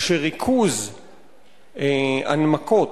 שריכוז הנמקות